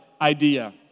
idea